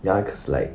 ya cause like